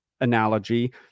analogy